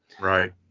right